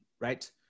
right